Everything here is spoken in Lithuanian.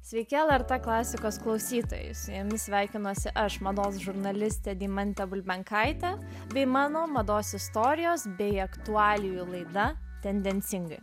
sveiki lrt klasikos klausytojai ėmė sveikinuosi aš mados žurnalistė deimantė bulbenkaitė bei mano mados istorijos bei aktualijų laida tendencingai